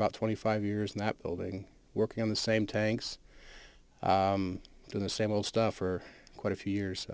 about twenty five years in that building working on the same tanks in the same old stuff for quite a few years